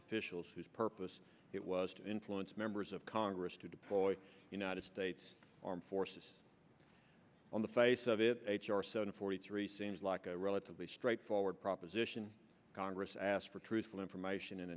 officials whose purpose it was to influence members of congress to deploy united states armed forces on the face of it forty three seems like a relatively straightforward proposition congress asked for truthful information and